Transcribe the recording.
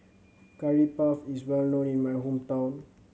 Curry Puff is well known in my hometown